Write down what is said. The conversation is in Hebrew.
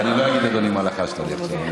אני לא אגיד, אדוני, מה לחשת לי עכשיו.